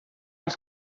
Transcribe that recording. els